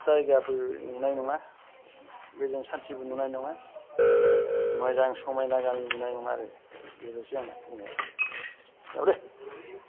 जायगाबो नुनाय नङा गोजोन शान्तिबो नुनाय नङा मोजां समायना गामिबो नुनाय नङा आरो बेनोसै आंना बुंनाया जाबाय दे